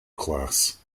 class